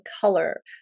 color